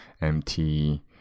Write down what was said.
MT